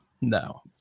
No